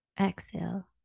Exhale